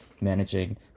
managing